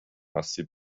آسیب